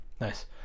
Nice